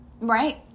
Right